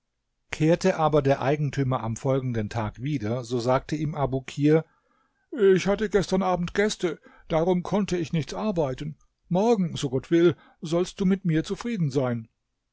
kehrte aber der eigentümer am folgenden tag wieder so sagte ihm abukir ich hatte gestern abend gäste darum konnte ich nichts arbeiten morgen so gott will sollst du mit mir zufrieden sein